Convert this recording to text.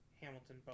Hamilton